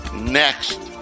next